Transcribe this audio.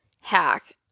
hack